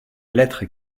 lettre